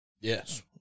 Yes